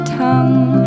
tongue